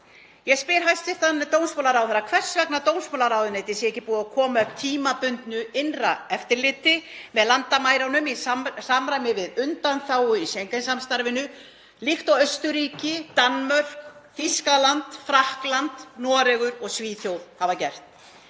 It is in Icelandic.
Ég spyr hæstv. dómsmálaráðherra hvers vegna dómsmálaráðuneytið sé ekki búið að koma upp tímabundnu innra eftirliti með landamærunum í samræmi við undanþágu í Schengen-samstarfinu, líkt og Austurríki, Danmörk, Þýskaland, Frakkland, Noregur og Svíþjóð hafa gert.